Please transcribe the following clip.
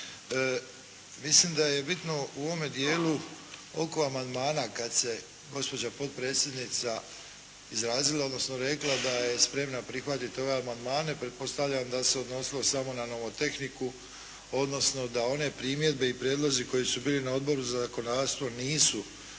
Mislim da je bitno u ovom dijelu oko amandmana kad se gospođa potpredsjednica izrazila, odnosno rekla da je spremna prihvatiti ove amandmane. Pretpostavljam da se odnosilo samo na nomotehniku, odnosno da one primjedbe i prijedlozi koji su bili na Odboru za zakonodavstvo nisu